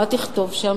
מה תכתוב שם?